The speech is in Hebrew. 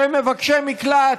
שהם מבקשי מקלט.